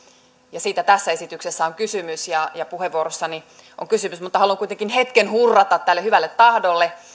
ja siitä tässä esityksessä on kysymys ja ja puheenvuorossani on kysymys mutta haluan kuitenkin hetken hurrata tälle hyvälle tahdolle